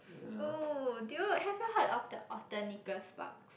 oh do you have you heard of the author Nicole-Sparks